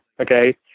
Okay